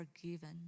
forgiven